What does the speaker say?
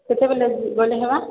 କେତେବେଳେ ଗଲେ ହେବା